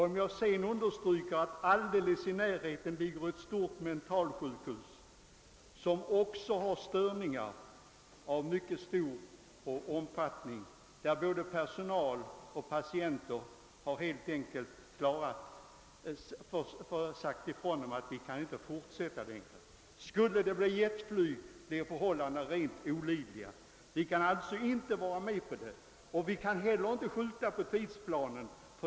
Om jag sedan framhåller att alldeles i närheten ligger ett stort mentalsjukhus, som också besväras av störningar av mycket stor omfattning, vilket gjort att både personal och patienter helt enkelt har sagt ifrån att det inte kan fortsätta längre, är det klart att med jetflyg förhållandena skulle bli rent olidliga. Vi kan alltså inte vara med på det. Vi kan inte heller skjuta på tidsplanen.